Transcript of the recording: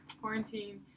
quarantine